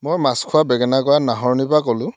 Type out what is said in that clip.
মই মাছখোৱা বেঙেনাগড়া নাহৰণিৰ পৰা ক'লো